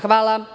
Hvala.